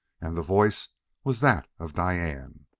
and the voice was that of diane.